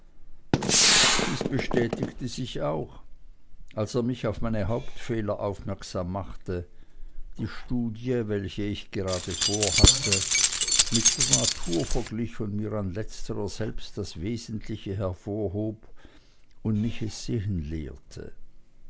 dies bestätigte sich auch als er mich auf meine hauptfehler aufmerksam machte die studie welche ich gerade vorhatte mit der natur verglich und mir an letzterer selbst das wesentliche hervorhob und mich es sehen lehrte